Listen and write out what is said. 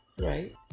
Right